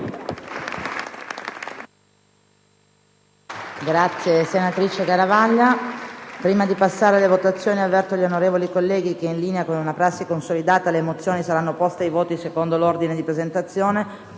una nuova finestra"). Prima di passare alle votazioni, avverto gli onorevoli colleghi che, in linea con una prassi consolidata, le mozioni saranno poste ai voti secondo l'ordine di presentazione